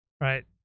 right